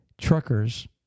truckers